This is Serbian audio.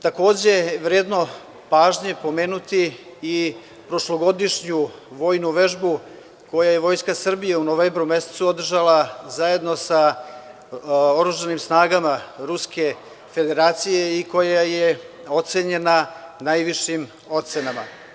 Takođe je vredno pažnje pomenuti i prošlogodišnju vojnu vežbu, koju je Vojska Srbije u novembru mesecu održala zajedno sa oružanim snagama Ruske Federacije i koja je ocenjena najvišim ocenama.